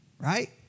right